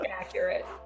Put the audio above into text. Accurate